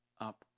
up